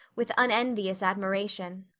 with unenvious admiration.